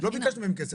לא ביקשנו מהם כסף.